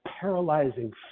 paralyzing